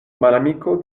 malamiko